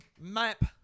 Map